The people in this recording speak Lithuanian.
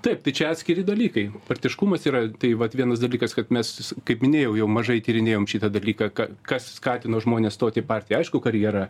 taip čia atskiri dalykai partiškumas yra tai vat vienas dalykas kad mes kaip minėjau jau mažai tyrinėjom šitą dalyką ka kas skatino žmones stoti į partiją aišku karjera